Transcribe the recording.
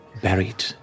buried